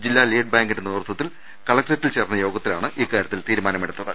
ജില്ലാ ലീഡ് ബാങ്കിന്റെ നേതൃത്വത്തിൽ കലക്ടറേറ്റിൽ ചേർന്ന യോഗത്തിലാണ് ഇക്കാരൃത്തിൽ തീരുമാനമെടുത്തത്